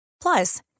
Plus